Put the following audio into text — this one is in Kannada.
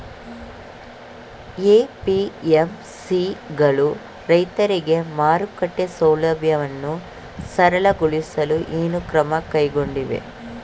ಎ.ಪಿ.ಎಂ.ಸಿ ಗಳು ರೈತರಿಗೆ ಮಾರುಕಟ್ಟೆ ಸೌಲಭ್ಯವನ್ನು ಸರಳಗೊಳಿಸಲು ಏನು ಕ್ರಮ ಕೈಗೊಂಡಿವೆ?